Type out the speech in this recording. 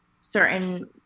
certain